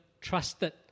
trusted